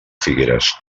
figueres